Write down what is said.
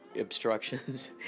obstructions